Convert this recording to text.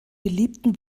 beliebten